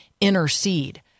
intercede